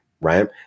right